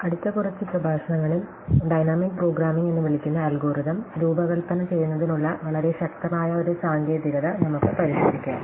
അടുത്ത കുറച്ച് പ്രഭാഷണങ്ങളിൽ ഡൈനാമിക് പ്രോഗ്രാമിംഗ് എന്ന് വിളിക്കുന്ന അൽഗോരിതം രൂപകൽപ്പന ചെയ്യുന്നതിനുള്ള വളരെ ശക്തമായ ഒരു സാങ്കേതികത നമ്മുക്ക് പരിശോധിക്കാം